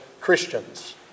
Christians